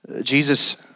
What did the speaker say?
Jesus